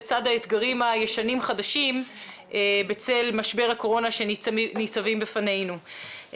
לצד האתגרים הישנים-חדשים בצל משבר הקורונה שניצבים בפנינו.